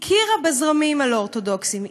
הכירה בזרמים הלא-אורתודוקסיים,